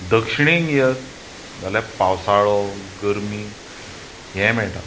दक्षिणेक येयत जाल्या पावसाळो गरमी हें मेळटा